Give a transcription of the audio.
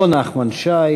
או חבר הכנסת נחמן שי